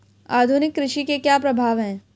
आधुनिक कृषि के क्या प्रभाव हैं?